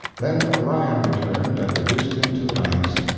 then orion returned and reduced him to the ranks.